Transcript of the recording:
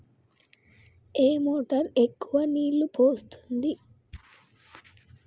ఏ motor ఎక్కువ నీళ్లు పోస్తుంది?